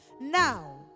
Now